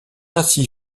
ainsi